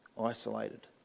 isolated